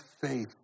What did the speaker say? faith